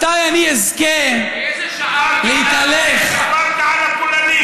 מתי אני אזכה להתהלך, דיברת על הפולנים.